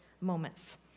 moments